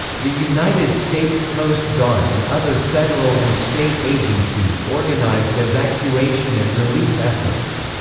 the united states coast guard and other federal and state agencies organized evacuation and relief efforts.